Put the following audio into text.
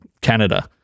Canada